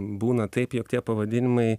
būna taip jog tie pavadinimai